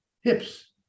hips